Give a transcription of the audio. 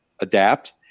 adapt